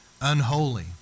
Unholy